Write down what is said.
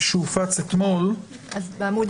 שהופץ אתמול, בעמוד